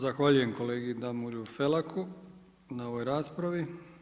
Zahvaljujem kolegi Damiru Felaku na ovoj raspravi.